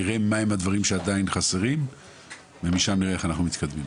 נראה מה הם הדברים שעדיין חסרים ומשם נראה איך אנחנו מתקדמים.